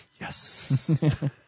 Yes